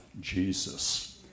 Jesus